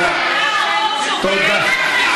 תודה.